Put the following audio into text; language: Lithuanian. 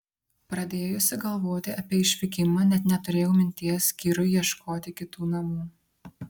pradėjusi galvoti apie išvykimą net neturėjau minties kirui ieškoti kitų namų